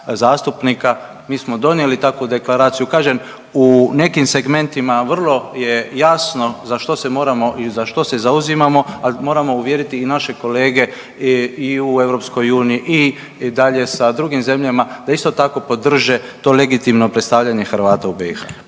Mi smo donijeli takvu deklaraciju, kažem u nekim segmentima vrlo je jasno za što se moramo i za što se zauzimamo, a moramo uvjeriti i naše kolege i u EU i dalje sa drugim zemljama da isto tako podrže to legitimno predstavljanje Hrvata u BiH.